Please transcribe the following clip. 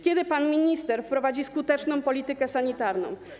Kiedy pan minister wprowadzi skuteczną politykę sanitarną?